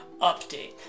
update